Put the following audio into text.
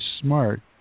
smart